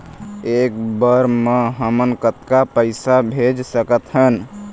एक बर मे हमन कतका पैसा भेज सकत हन?